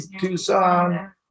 Tucson